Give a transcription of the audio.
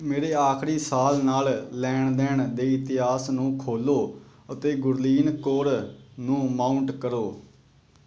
ਮੇਰੇ ਆਖਰੀ ਸਾਲ ਨਾਲ ਲੈਣ ਦੇਣ ਦੇ ਇਤਿਹਾਸ ਨੂੰ ਖੋਲ੍ਹੋ ਅਤੇ ਗੁਰਲੀਨ ਕੌਰ ਨੂੰ ਮਾਂਊਟ ਕਰੋ